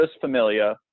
Familia